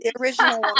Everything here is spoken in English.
original